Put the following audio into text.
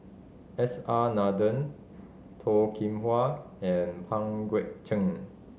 S R Nathan Toh Kim Hwa and Pang Guek Cheng